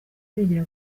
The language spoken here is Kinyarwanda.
yigira